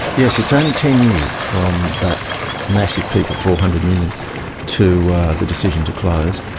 yes, it's only ten years from that massive peak of four hundred million to the decision to close.